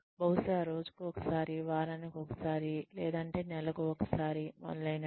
బహుశా రోజుకు ఒకసారి వారానికి ఒకసారి బహుశా నెలకు ఒకసారి మొదలైనవి